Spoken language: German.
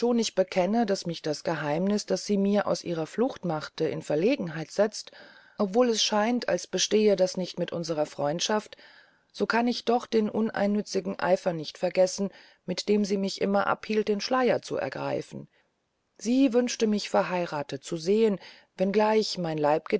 ich bekenne daß mich das geheimniß das sie mir aus ihrer flucht machte in verlegenheit setzt obwohl es scheint als bestehe das nicht mit unsrer freundschaft so kann ich doch den uneigennützigen eifer nicht vergessen mit dem sie mich immer abhielt den schleyer zu ergreifen sie wünschte mich verheyrathet zu sehn wenn gleich mein